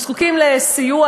וזקוקים לסיוע,